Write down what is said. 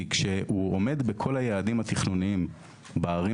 כי כשהוא עומד בכל היעדים התכנוניים בערים